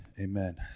Amen